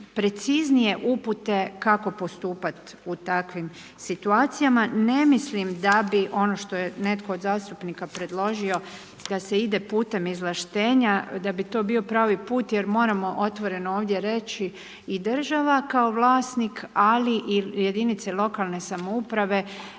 preciznije upute kako postupati u takvim situacijama. Ne mislim da bi ono što je netko od zastupnika predložio, da se ide putem izvlaštenja, da bi to bio pravi put jer moramo otvoreno ovdje reći i država kao vlasnik, ali i jedinice lokalne samouprave